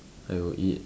I will eat